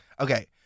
Okay